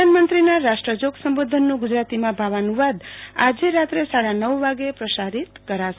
પ્રધાનમંત્રીના રાષ્ટ્રજોગ સંબોધનનો ગુજરાતીમાં ભાવાનુવાદ આજે રાત્રે સાડા નવ વાગ્યે પ્રસારિત કરાશે